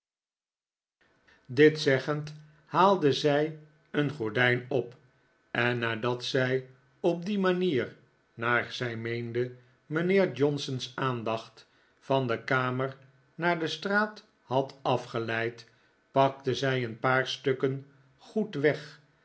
dit zeggend haalde zij een gordijn op en nadat zij op die manier naar zij meende mijnheer johnson's aandacht van de kamer naar de straat had afgeleid pakte zij een paar stukken goed weg